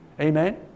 Amen